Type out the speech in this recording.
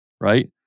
right